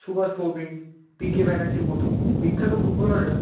Subhash Bhowmick PK ব্যানার্জির মতো বিখ্যাত ফুটবলাররা